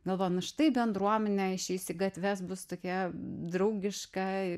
galvojo nu štai bendruomenė išeis į gatves bus tokia draugiška